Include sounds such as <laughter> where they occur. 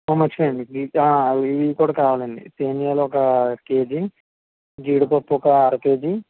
మర్చిపోయాను అండి <unintelligible> ఇయ్యి కూడా కావాలి అండి సేమీయాలు ఒక కేజీ జీడిపప్పు ఒక అర కేజీ